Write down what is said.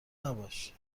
نباش